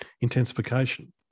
intensification